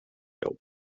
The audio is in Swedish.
jobb